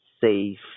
safe